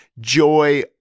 Joy